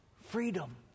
freedom